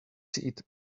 seat